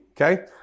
Okay